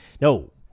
No